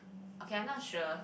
okay I not sure